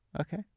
Okay